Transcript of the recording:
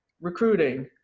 recruiting